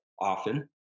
often